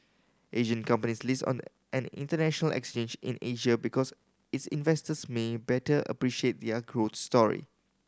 Asian companies list on an international exchange in Asia because its investors may better appreciate their growth story